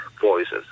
Voices